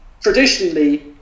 traditionally